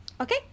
Okay